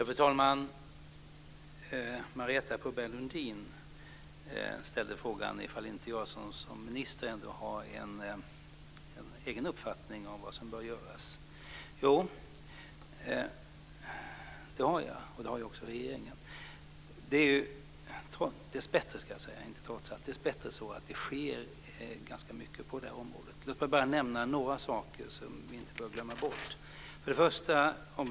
Fru talman! Marietta de Pourbaix-Lundin ställde frågan om inte jag som socialminister hade en egen uppfattning om vad som bör göras. Jo, det har jag, och det har också regeringen. Dessbättre sker det ganska mycket på det här området. Låt mig nämna några saker som vi inte bör glömma bort.